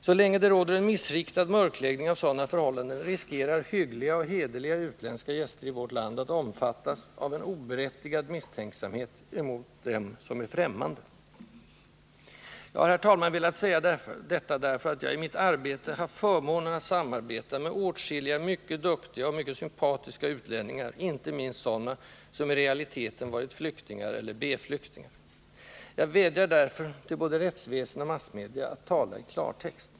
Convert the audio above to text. Så länge det råder en missriktad mörkläggning av sådana förhållanden riskerar hyggliga och hederliga utländska gäster i vårt land att omfattas av en oberättigad misstänksamhet emot dem som är ”främmande”. Jag har, herr talman, velat sä a detta därför att jag i mitt arbete haft förmånen att samarbeta med åtskilliga mycket duktiga och mycket sympatiska utlänningar, inte minst sådana som i realiteten varit flyktingar eller B-flyktingar. Jag vädjar därför till både rättsväsen och massmedia att tala i klartext.